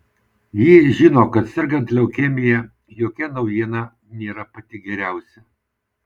ji žino kad sergant leukemija jokia naujiena nėra pati geriausia